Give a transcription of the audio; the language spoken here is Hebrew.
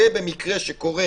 במקרה שקורה